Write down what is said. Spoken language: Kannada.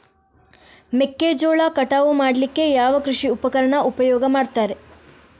ಮೆಕ್ಕೆಜೋಳ ಕಟಾವು ಮಾಡ್ಲಿಕ್ಕೆ ಯಾವ ಕೃಷಿ ಉಪಕರಣ ಉಪಯೋಗ ಮಾಡ್ತಾರೆ?